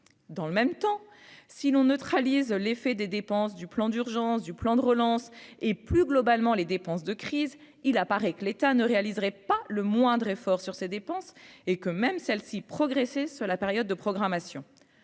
dans le même temps, si l'on neutralise l'effet des dépenses du plan d'urgence du plan de relance et, plus globalement, les dépenses de crise, il apparaît que l'État ne réaliserait pas le moindre effort sur ses dépenses et que, même celle-ci progressé sur la période de programmation